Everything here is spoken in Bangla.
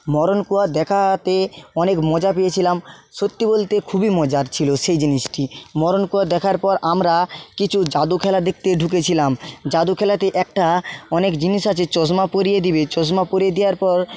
মরণকুয়া দেখাতে অনেক মজা পেয়েছিলাম সত্যি বলতে খুবই মজার ছিল সেই জিনিসটি মরণকুয়া দেখার পর আমরা কিছু যাদু খেলা দেখতে ঢুকেছিলাম যাদু খেলাতে একটা অনেক জিনিস আছে চশমা পরিয়ে দিবে চশমা পরিয়ে দেওয়ার পর